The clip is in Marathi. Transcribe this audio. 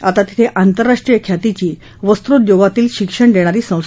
आता तिथे आंतरराष्ट्रीय ख्यातीची वस्त्रोद्योगातली शिक्षण देणारी संस्था उभी आहे